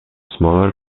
smaller